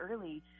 early